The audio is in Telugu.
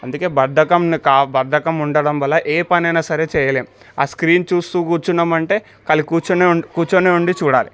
అందుకే బద్ధకం బద్దకం ఉండటం వల్ల ఏ పనైనా సరే చేయలేం ఆ స్క్రీన్ చూస్తూ కూర్చున్నామంటే కాలి కూర్చునే కూర్చునే ఉండి చూడాలి